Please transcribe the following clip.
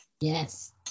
Yes